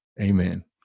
Amen